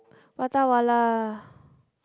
Prata Wala